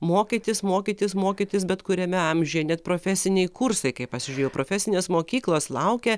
mokytis mokytis mokytis bet kuriame amžiuje net profesiniai kursai kaip pasižiūrėjau profesinės mokyklos laukia